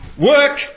work